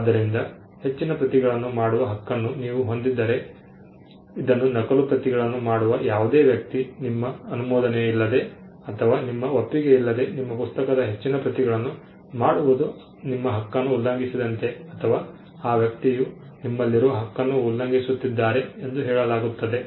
ಆದ್ದರಿಂದ ಹೆಚ್ಚಿನ ಪ್ರತಿಗಳನ್ನು ಮಾಡುವ ಹಕ್ಕನ್ನು ನೀವು ಹೊಂದಿದ್ದರೆ ಇದನ್ನು ನಕಲು ಪ್ರತಿಗಳನ್ನು ಮಾಡುವ ಯಾವುದೇ ವ್ಯಕ್ತಿ ನಿಮ್ಮ ಅನುಮೋದನೆಯಿಲ್ಲದೆ ಅಥವಾ ನಿಮ್ಮ ಒಪ್ಪಿಗೆಯಿಲ್ಲದೆ ನಿಮ್ಮ ಪುಸ್ತಕದ ಹೆಚ್ಚಿನ ಪ್ರತಿಗಳನ್ನು ಮಾಡುವುದು ನಿಮ್ಮ ಹಕ್ಕನ್ನು ಉಲ್ಲಂಘಿಸಿದಂತೆ ಅಥವಾ ಆ ವ್ಯಕ್ತಿಯು ನಿಮ್ಮಲ್ಲಿರುವ ಹಕ್ಕನ್ನು ಉಲ್ಲಂಘಿಸುತ್ತಿದ್ದಾರೆ ಎಂದು ಹೇಳಲಾಗುತ್ತದೆ